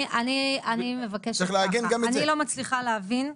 אני מבקשת ככה, אני לא מצליחה להבין,